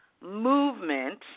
movement